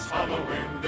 Halloween